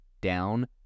down